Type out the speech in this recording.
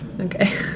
Okay